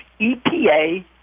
EPA